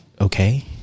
okay